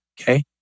Okay